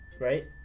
right